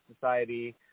society